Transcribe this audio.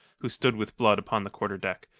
who stood with blood upon the quarter-deck.